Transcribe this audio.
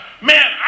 man